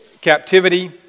captivity